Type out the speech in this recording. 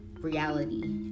reality